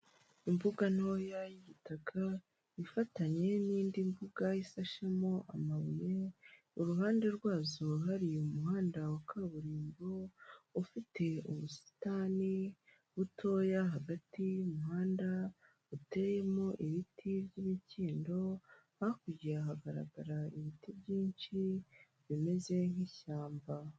Imbuga ntoya y'igitaka, ifatanye n'indi mbuga isashemo amabuye, uruhande rwazo hari umuhanda wa kaburimbo, ufite ubusitani butoya hagati y'umuhanda uteyemo ibiti by'imikindo, hakurya hagaragara ibiti byinshi bimeze nk'ishyamba.